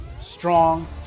strong